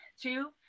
two